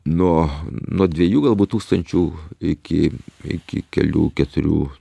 nuo nuo dviejų galbūt tūkstančių iki iki kelių keturių